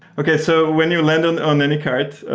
okay. so when you land on on anycart,